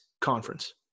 conference